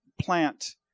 plant